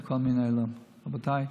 רבותיי,